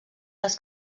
les